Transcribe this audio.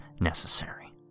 necessary